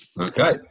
Okay